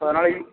so அதனால் you